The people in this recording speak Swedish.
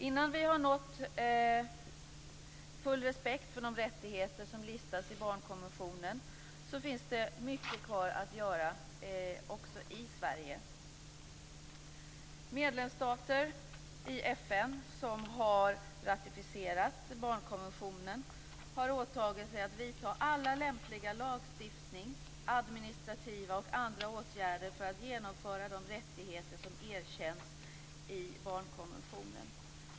Innan vi har nått full respekt för de rättigheter som listas i barnkonventionen finns det mycket kvar att göra också i Sverige. Medlemsstater i FN som har ratificerat barnkonventionen har åtagit sig att vidta alla lämpliga lagstiftningsåtgärder, administrativa åtgärder och andra åtgärder för att genomföra de rättigheter som erkänns i barnkonventionen.